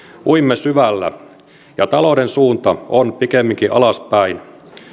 uimme syvällä ja talouden suunta on pikemminkin alaspäin